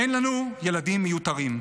אין לנו ילדים מיותרים.